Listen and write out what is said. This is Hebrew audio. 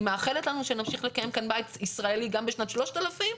מאחלת לנו שנמשיך לקיים כאן בית ישראלי גם בשנת 3000,